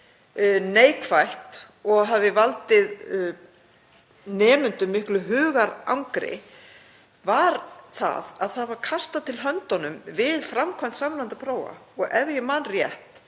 neikvætt og hafi valdið nemendum miklu hugarangri var að kastað var til höndum við framkvæmd samræmdra prófa. Ef ég man rétt